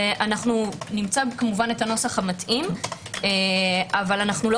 נמצא כמובן את הנוסח המתאים אבל אנו לא